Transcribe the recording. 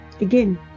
Again